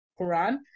Quran